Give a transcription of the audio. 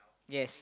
yes